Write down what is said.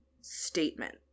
...statement